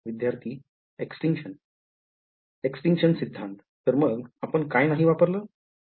विद्यार्थी extinction extinction सिद्धांत तर मग आपण काय नाही वापरल